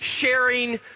sharing